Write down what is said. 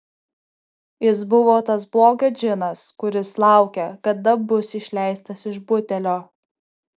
jis buvo tas blogio džinas kuris laukia kada bus išleistas iš butelio